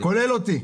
כולל אותי.